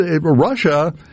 Russia